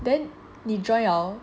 then 你 join [liao]